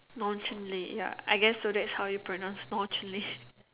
nonchalant ya I guess so that's how you pronounce nonchalant